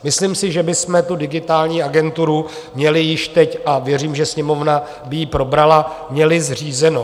Myslím si, že bychom tu digitální agenturu měli již teď a věřím, že Sněmovna by ji probrala, měli zřízenou.